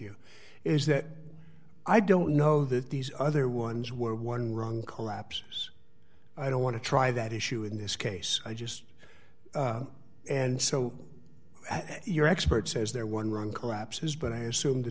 you is that i don't know that these other ones were one wrong collapse i don't want to try that issue in this case i just and so your expert says they're one room collapses but i assume the